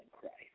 Christ